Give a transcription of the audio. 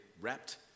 wrapped